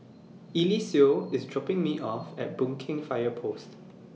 Eliseo IS dropping Me off At Boon Keng Fire Post